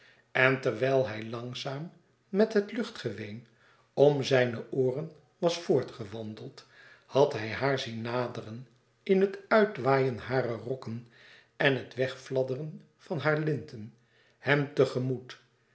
en terwijl hij langzaam met het luchtgeween om zijne ooren was voortgewandeld had hij haar zien naderen in het uitwaaien harer rokken en het wegfladderen van haar linten hem tegemoet